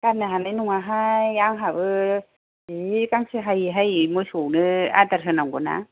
गारनोहानाय नङा हाय आंहाबो जि गांसो हायै हायै मोसौनो आदार होनांगौ ना